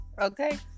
Okay